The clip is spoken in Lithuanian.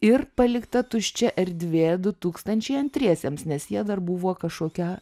ir palikta tuščia erdvė du tūkstančiai antriesiems nes jie dar buvo kažkokia